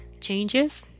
changes